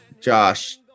Josh